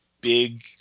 big